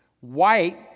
White